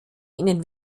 ihnen